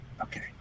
Okay